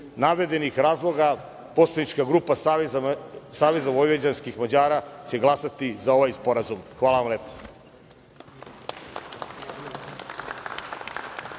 navedenih razloga poslanička grupa Savez vojvođanskih Mađara će glasati za ovaj sporazum. Hvala vam lepo.